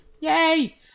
yay